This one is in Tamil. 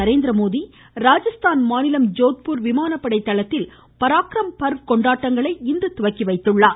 நரேந்திரமோடி ராஜஸ்தான் மாநிலம் ஜோத்பூர் விமானப்படை தளத்தில் பராக்ரம் பர்வ் கொண்டாட்டங்களை இன்று துவக்கி வைத்தார்